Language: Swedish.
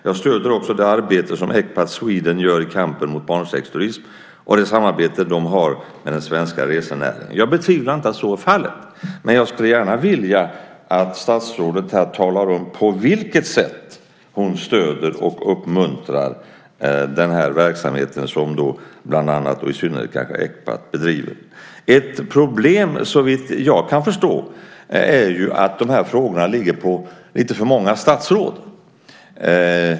Jag stöder också det arbete som Ecpat Sweden gör i kampen mot barnsexturism och det samarbete de har med den svenska resenäringen." Jag betvivlar inte att så är fallet, men jag skulle gärna vilja att statsrådet talar om på vilket sätt hon stöder och uppmuntrar verksamheten, som bland annat och i synnerhet Ecpat bedriver. Ett problem, såvitt jag kan förstå, är att frågorna ligger på för många statsråd.